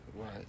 Right